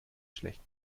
schlecht